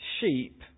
sheep